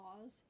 laws